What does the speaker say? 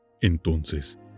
Entonces